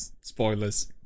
spoilers